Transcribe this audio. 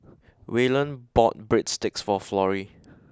Wayland bought Breadsticks for Florrie